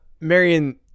Marion